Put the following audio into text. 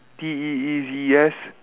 P E E V E S